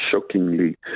shockingly